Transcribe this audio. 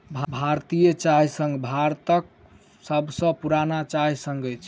भारतीय चाय संघ भारतक सभ सॅ पुरान चाय संघ अछि